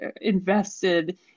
invested